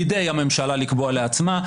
בידי הממשלה לקבוע לעצמה,